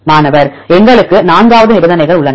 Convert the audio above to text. மாணவர் எங்களுக்கு நான்காவது நிபந்தனைகள் உள்ளன